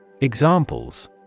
Examples